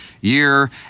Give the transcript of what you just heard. year